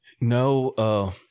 No